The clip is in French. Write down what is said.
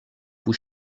vous